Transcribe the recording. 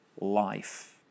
life